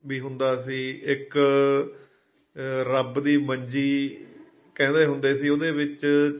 ਵੀ ਹੁੰਦਾ ਸੀ ਇੱਕ ਰੱਬ ਦੀ ਮੰਜੀ ਕਹਿੰਦੇ ਹੁੰਦੇ ਸੀ ਉਹਦੇ ਵਿੱਚ